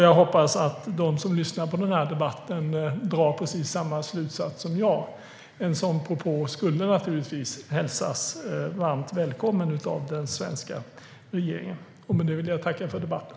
Jag hoppas att de som lyssnar på den här debatten drar precis samma slutsats som jag. En sådan propå skulle naturligtvis hälsas varmt välkommen av den svenska regeringen. Med det vill jag tacka för debatten.